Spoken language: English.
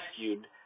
rescued